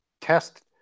test